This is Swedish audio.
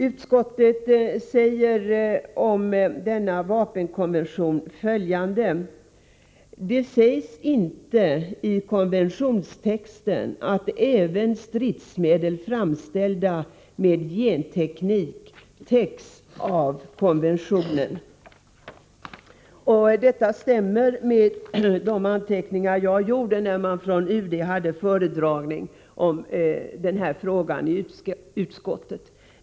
Utskottet säger följande om denna vapenkonvention: ”Det sägs inte i konventionstexten att även stridsmedel framställda med genteknik täcks av konventionen.” Detta överensstämmer med de anteckningar jag gjorde i samband med UD:s föredragning av den här frågan i utrikesutskottet.